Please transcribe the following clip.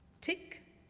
Tick